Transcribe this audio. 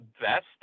best